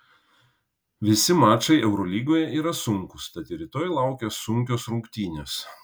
visi mačai eurolygoje yra sunkūs tad ir rytoj laukia sunkios rungtynės